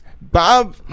Bob